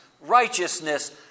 righteousness